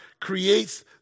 creates